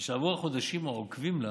משעברו החודשים העוקבים לה